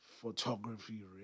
photography